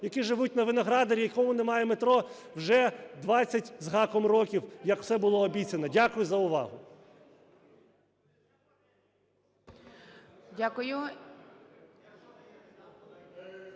які живуть на Виноградарі, в якому немає метро вже 20 з гаком років, як це було обіцяно. Дякую за увагу.